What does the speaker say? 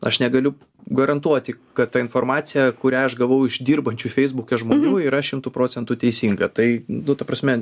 aš negaliu garantuoti kad ta informacija kurią aš gavau iš dirbančių feisbuke žmonių yra šimtu procentų teisinga tai nu ta prasme